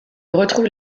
retrouve